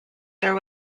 there